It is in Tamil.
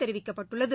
தெரிவிக்கப்பட்டுள்ளது